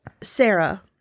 Sarah